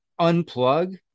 unplug